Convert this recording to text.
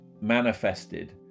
manifested